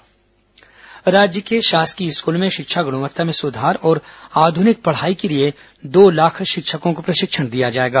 शिक्षक प्रशिक्षण राज्य के शासकीय स्कूलों की शिक्षा गुणवत्ता में सुधार और आधुनिक पढ़ाई के लिए दो लाख शिक्षकों को प्रशिक्षण दिया जाएगा